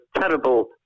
terrible